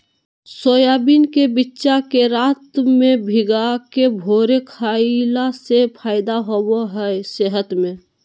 soybean के बिच्चा के रात में भिगाके भोरे खईला से फायदा होबा हइ सेहत में